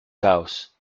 caos